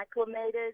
acclimated